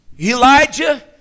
Elijah